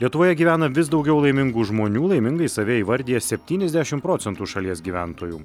lietuvoje gyvena vis daugiau laimingų žmonių laimingais save įvardija septyniasdešimt procentų šalies gyventojų